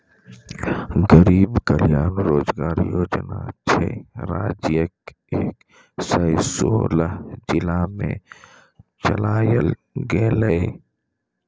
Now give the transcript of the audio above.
गरीब कल्याण रोजगार योजना छह राज्यक एक सय सोलह जिला मे चलायल गेलै